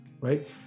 right